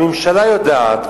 הממשלה יודעת,